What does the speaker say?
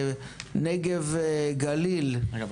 הנגב והגליל, תתכוננו.